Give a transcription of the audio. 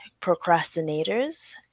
procrastinators